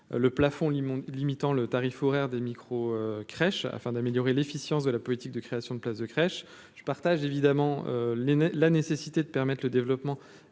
le plafond limitant le tarif horaire des micro-crèches afin d'améliorer l'efficience de la politique de création de places de crèches, je partage évidemment les la nécessité de permettre le développement